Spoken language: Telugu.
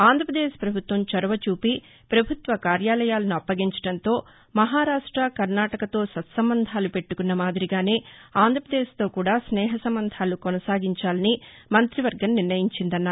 ఆంధ్ర ప్రదేశ్ ప్రభుత్వం చొరవ చూపి ప్రభుత్వ కార్యాలయాలను అప్పగించటంతో మహారాష్ట కర్నాటకతో సత్సంబంధాలు పెట్టుకున్న మాదిరిగానే ఆంధ్రప్రదేశ్ తో కూడా స్నేహ సంబంధాలు కొససాగించాలని మంత్రివర్గం నిర్ణయించిందన్నారు